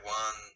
one